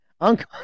Uncle